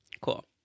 Cool